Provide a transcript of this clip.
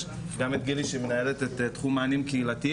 יש גם את גילי שמנהלת את תחום מענים קהילתיים,